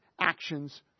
actions